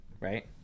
right